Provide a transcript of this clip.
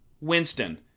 Winston